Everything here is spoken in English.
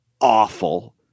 awful